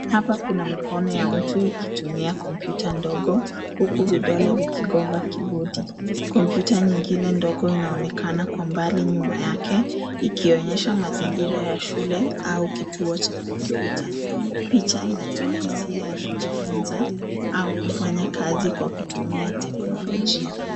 Hapa kuna mikono ya mtu ikitumia kompyuta ndogo huku vidole vikigonga kibodi. Kompyuta nyingine ndogo inaonekana kwa mbali nyuma yake ikionyesha mazingira ya shule au kituo cha kompyuta. Picha inatoa hisia ya kujifunza au kufanya kazi kwa kutumia teknolojia.